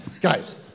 guys